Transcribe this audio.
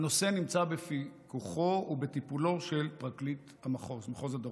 והנושא נמצא בפיקוחו ובטיפולו של פרקליט מחוז הדרום.